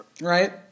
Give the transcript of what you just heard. Right